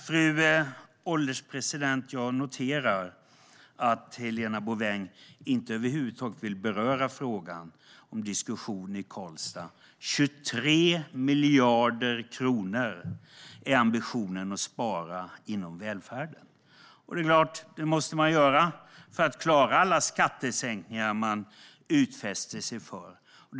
Fru ålderspresident! Jag noterar att Helena Bouveng inte över huvud taget vill beröra frågan om diskussionen i Karlstad. Ambitionen är att spara 23 miljarder kronor inom välfärden. Det är klart - det måste man ju för att klara alla skattesänkningar man har utfäst sig att göra.